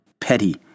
petty